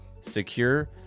secure